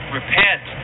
Repent